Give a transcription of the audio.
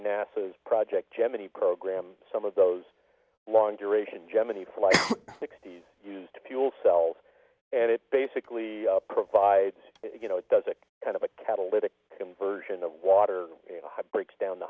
nasa project gemini program some of those long duration gemini flights sixty's used to fuel cells and it basically provides you know it does a kind of a catalytic conversion of water breaks down the